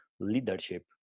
leadership